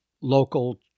local